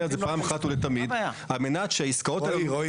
הזה פעם אחת ולתמיד על מנת שהעסקאות האלו --- מה הבעיה.